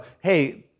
hey